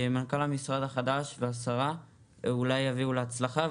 שמנכ"ל המשרד החדש והשרה אולי יביאו להצלחה,